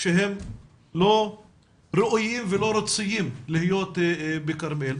שהם לא ראויים ולא רצויים להיות בכרמיאל.